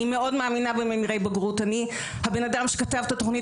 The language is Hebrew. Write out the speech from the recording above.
אני מאמינה מאוד בממירי בגרות האדם שכתב את התוכנית